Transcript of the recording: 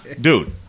dude